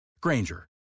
Granger